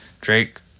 Drake